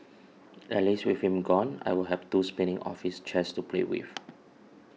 at least with him gone I'll have two spinning office chairs to play with